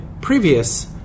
previous